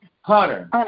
Hunter